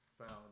found